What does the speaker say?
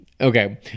Okay